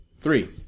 three